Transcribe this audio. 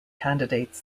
candidates